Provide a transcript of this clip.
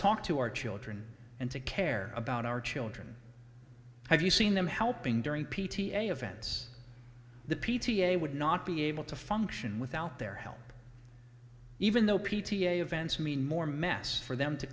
talk to our children and to care about our children have you seen them helping during p t a events the p t a would not be able to function without their help even though p t a events mean more mess for them to